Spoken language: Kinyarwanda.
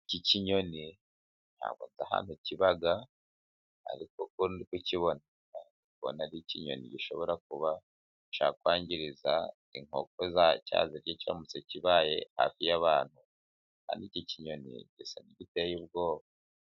Iki kinyoni ntabwo nzi ahantu kiba, ariko uko ndi kukibona mbona ari ikinyoni gishobora kuba cyakwangiriza inkoko zawe, cyazirya kiramutse kibaye hafi y'abantu, ariko iki kinyoni gisa nk'igiteye ubwoba.